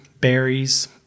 berries